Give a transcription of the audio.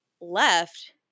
left